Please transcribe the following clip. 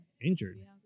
injured